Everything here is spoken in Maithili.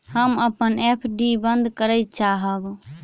हम अपन एफ.डी बंद करय चाहब